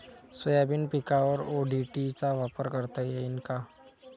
Soybean पिकावर ODT चा वापर करता येईन का?